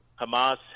Hamas